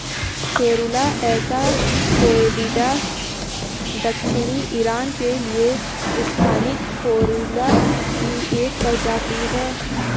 Ferula assa foetida दक्षिणी Iran के लिए स्थानिक फेरुला की एक प्रजाति है